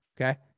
Okay